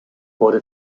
wurde